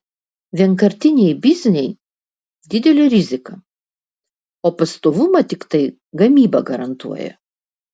vienkartiniai bizniai didelė rizika o pastovumą tiktai gamyba garantuoja